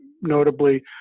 notably